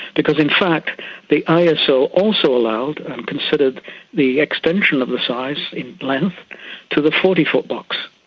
because in fact the iso also allowed and considered the extension of the size in length to the forty foot box.